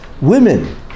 women